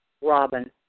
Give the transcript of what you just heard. Robin